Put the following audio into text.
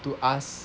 to ask